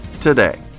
today